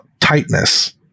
tightness